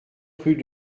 rue